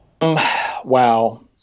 Wow